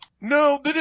No